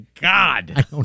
God